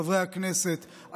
חברי הכנסת,